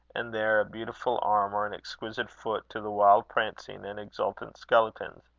and there a beautiful arm or an exquisite foot, to the wild-prancing and exultant skeletons.